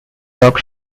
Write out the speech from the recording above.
dog